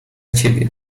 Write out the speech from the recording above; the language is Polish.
ciebie